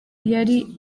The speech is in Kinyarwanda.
yari